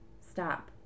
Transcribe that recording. Stop